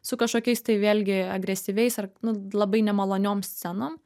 su kažkokiais tai vėlgi agresyviais ar nu labai nemaloniom scenom